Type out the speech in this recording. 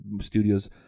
studios